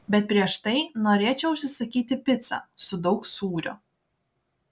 bet prieš tai norėčiau užsisakyti picą su daug sūrio